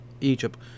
Egypt